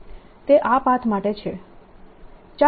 તે આ પાથ માટે છે